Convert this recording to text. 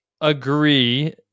agree